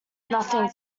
nothing